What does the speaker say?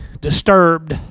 disturbed